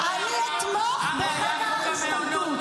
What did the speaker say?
אנחנו עושים חוק גיוס חדש.